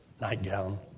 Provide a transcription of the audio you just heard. nightgown